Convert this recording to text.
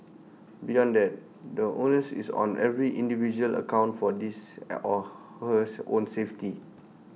beyond that the onus is on every individual account for this or her own safety